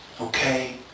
okay